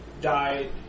died